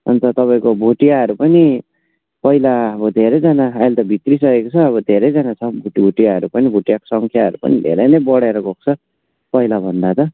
अनि त तपाईँको भोटियाहरू पनि पहिला अब धेरैजना आहिले त भित्रिइसकेको छ अब धेरैजना छ भुटियाहरू पनि भुटियाको सङ्ख्याहरू पनि धेरै नै बढेर गएको छ पहिलाभन्दा त